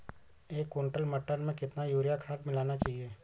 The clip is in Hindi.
एक कुंटल मटर में कितना यूरिया खाद मिलाना चाहिए?